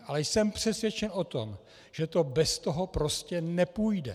Ale jsem přesvědčen o tom, že to bez toho prostě nepůjde.